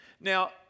Now